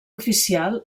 oficial